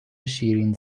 شیرین